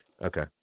Okay